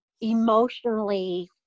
emotionally